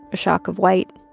a shock of white.